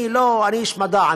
אני איש מדע,